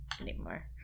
anymore